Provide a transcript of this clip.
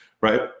right